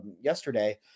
yesterday